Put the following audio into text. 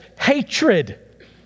hatred